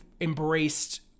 embraced